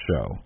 show